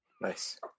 nice